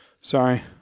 Sorry